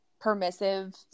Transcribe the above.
permissive